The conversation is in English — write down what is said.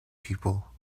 people